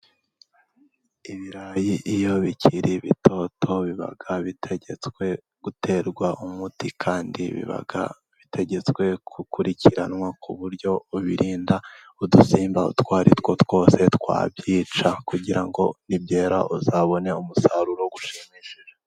Ibirayi iyo bikiri ibitoto, biba bitegetswe guterwa umuti, kandi biba bitegetswe gukurikiranwa, ku buryo birinda udusimba utwo ari two twose twabyica, kugira ngo nibyera uzabone umusaruro ushimishije.